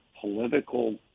political